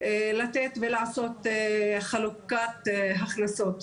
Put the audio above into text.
לתת ולעשות חלוקת הכנסות.